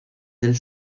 del